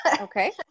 okay